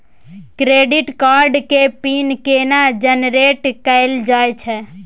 Credit card के PIN केना generate कैल जाए छै?